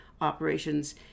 operations